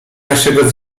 naszego